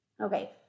okay